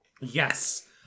yes